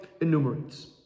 enumerates